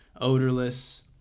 odorless